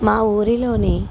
మా ఊరిలోని